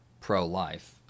pro-life